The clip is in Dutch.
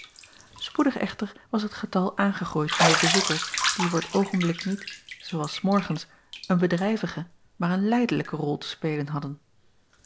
poedig echter was het getal aangegroeid van de bezoekers die voor t oogenblik niet zoo als s morgens een bedrijvige maar een lijdelijke rol te spelen hadden